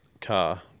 car